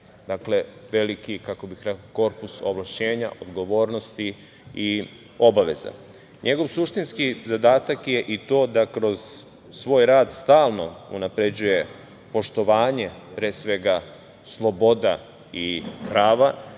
Dakle, veliki korpus ovlašćenja, odgovornosti i obaveza. Njegov suštinski zadatak je i to da kroz svoj rad stalno unapređuje poštovanje pre svega sloboda i prava,